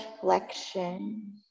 flexion